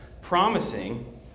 promising